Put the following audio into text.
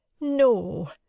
No